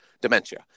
dementia